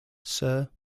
sir